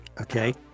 Okay